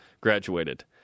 graduated